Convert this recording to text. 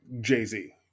Jay-Z